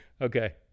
Okay